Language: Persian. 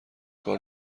کار